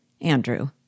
Andrew